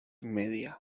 media